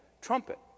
trumpet